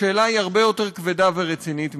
השאלה היא הרבה יותר כבדה ורצינית מזה.